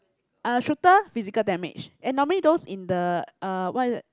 uh shooter physical damage and normally those in the uh what is that